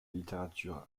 littérature